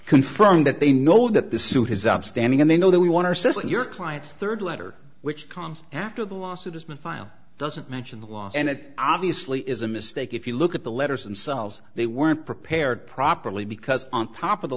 confirm that they know that the suit is outstanding and they know that we want our system your client's third letter which comes after the lawsuit has been file doesn't mention the law and it obviously is a mistake if you look at the letters and cells they weren't prepared properly because on top of the